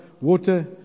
water